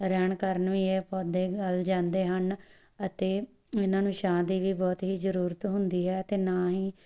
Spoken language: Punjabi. ਰਹਿਣ ਕਾਰਨ ਵੀ ਇਹ ਪੌਦੇ ਗਲ ਜਾਂਦੇ ਹਨ ਅਤੇ ਇਹਨਾਂ ਨੂੰ ਛਾਂ ਦੀ ਵੀ ਬਹੁਤ ਹੀ ਜ਼ਰੂਰਤ ਹੁੰਦੀ ਹੈ ਅਤੇ ਨਾ ਹੀ